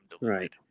Right